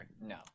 No